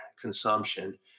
consumption